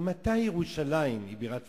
ממתי ירושלים היא בירת פלסטין?